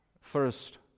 first